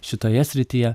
šitoje srityje